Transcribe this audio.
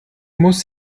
muss